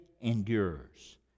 endures